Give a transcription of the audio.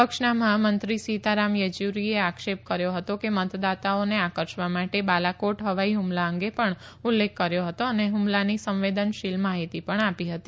પક્ષના મહામંત્રી સીતારામ યેચુરીએ આક્ષેપ કર્યો હતો કે મતદાતાઓને આકર્ષવા માટે બાલાકોટ હવાઈ હુમલા અંગે પણ ઉલ્લેખ કર્યો હતો અને હ્મલાની સંવેદનશીલ માહિતી પણ આપી હતી